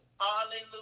Hallelujah